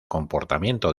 comportamiento